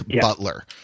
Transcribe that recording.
Butler